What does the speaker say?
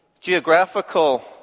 geographical